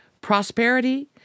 prosperity